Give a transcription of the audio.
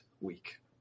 week